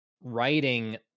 writing